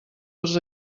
als